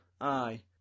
Aye